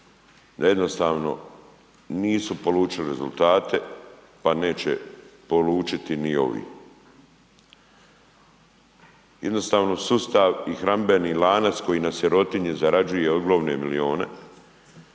da jednostavno nisu polučili rezultati pa neće polučiti ni ovi. Jednostavno sustav i hranidbeni lanac koji na sirotinji ogromne milijune,